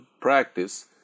practice